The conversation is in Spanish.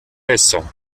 eso